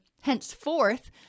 henceforth